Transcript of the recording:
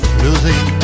losing